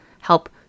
help